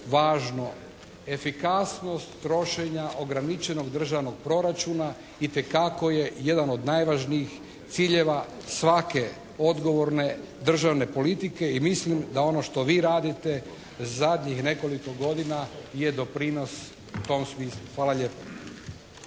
važno, efikasnost trošenja ograničenog državnog proračuna itekako je jedan od najvažnijih ciljeva svake odgovorne državne politike. I mislim da ono što vi radite zadnjih nekoliko godina je doprinos tom smislu. Hvala lijepa.